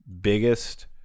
biggest